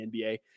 NBA